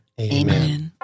Amen